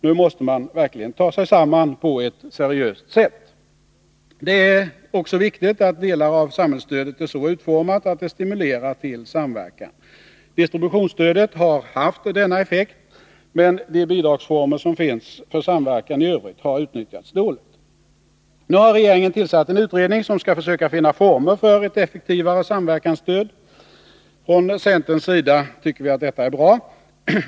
Nu måste man verkligen ta sig samman på ett seriöst sätt. Det är också viktigt att delar av samhällsstödet är så utformat att det stimulerar till samverkan. Distributionsstödet har haft denna effekt. Men de bidragsformer som finns för samverkan i övrigt har utnyttjats dåligt. Regeringen har tillsatt en utredning, som skall försöka finna former för ett effektivare samverkansstöd. Från centerns sida tycker vi detta är bra.